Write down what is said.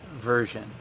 version